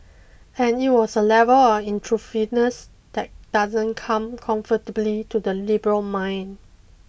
and it was a level on intrusiveness that doesn't come comfortably to the liberal mind